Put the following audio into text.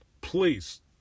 Please